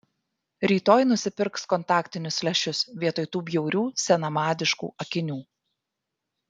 rytoj nusipirks kontaktinius lęšius vietoj tų bjaurių senamadiškų akinių